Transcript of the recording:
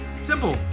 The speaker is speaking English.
Simple